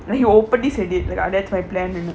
he openly said it அதான்:athaan it's my plan